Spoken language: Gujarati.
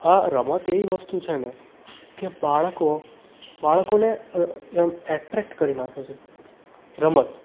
આ રમત એવી વસ્તુ છે ને કે બાળકો બાળકોને ઍટ્રેક્ટ કરી નાખે છે રમત